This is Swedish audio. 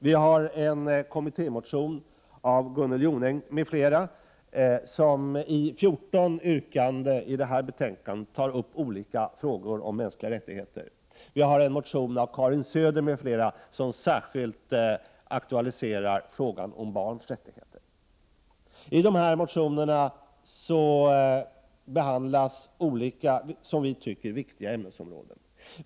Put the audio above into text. Vi har en kommittémotion av Gunnel Jonäng m.fl., där 14 yrkanden gäller frågor om mänskliga rättigheter. Vidare har vi en motion av Karin Söder m.fl., där särskilt frågan om barns rättigheter aktualiseras. I de här motionerna behandlas, enligt vår åsikt, viktiga ämnesområden.